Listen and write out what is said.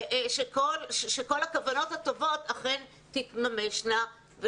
שכל הכוונות הטובות אכן תתממשנה.